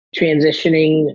transitioning